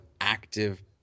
active